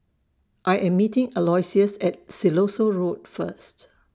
I Am meeting Aloysius At Siloso Road First